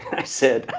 i said,